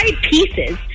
pieces